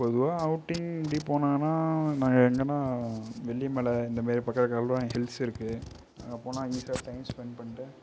பொதுவாக அவுட்டிங் இப்படி போனாங்கனால் நாங்கள் எங்கேனா வெள்ளிமலை இந்த மாதிரி பக்கத்தில் ஹில்ஸ் இருக்குது அங்கே போனால் ஈஸியாக டைம் ஸ்பென்ட் பண்ணிவிட்டு